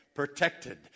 protected